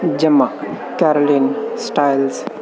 ਜਮਾ ਕਰਲੀਨ ਸਟਾਈਲਸ